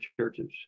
churches